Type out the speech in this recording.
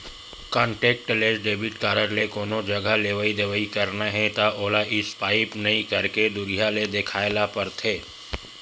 contactless debit card ले कोनो जघा लेवइ देवइ करना हे त ओला स्पाइप नइ करके दुरिहा ले देखाए ल परथे